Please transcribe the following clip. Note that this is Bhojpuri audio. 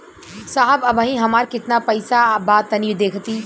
साहब अबहीं हमार कितना पइसा बा तनि देखति?